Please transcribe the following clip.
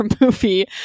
movie